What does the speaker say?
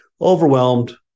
overwhelmed